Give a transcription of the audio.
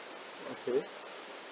okay